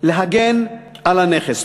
להגן על הנכס.